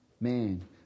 Man